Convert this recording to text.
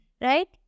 right